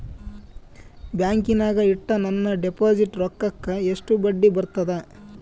ಬ್ಯಾಂಕಿನಾಗ ಇಟ್ಟ ನನ್ನ ಡಿಪಾಸಿಟ್ ರೊಕ್ಕಕ್ಕ ಎಷ್ಟು ಬಡ್ಡಿ ಬರ್ತದ?